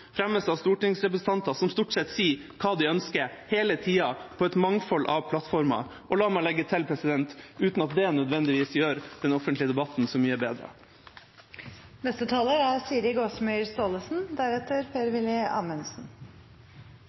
fremmes av stortingsrepresentanter som stort sett hele tiden sier hva de ønsker, på et mangfold av plattformer, og la meg legge til: uten at det nødvendigvis gjør den offentlige debatten så mye bedre.